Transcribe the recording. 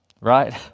right